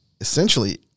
essentially